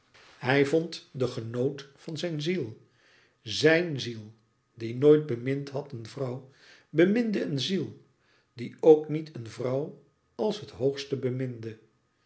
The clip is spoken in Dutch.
hij vond de genoot van zijn ziel zijn ziel die nooit bemind had een vrouw beminde een ziel die ook niet een vrouw als het hoogste beminde